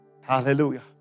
hallelujah